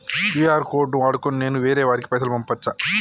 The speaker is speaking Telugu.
క్యూ.ఆర్ కోడ్ ను వాడుకొని నేను వేరే వారికి పైసలు పంపచ్చా?